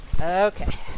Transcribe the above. Okay